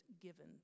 given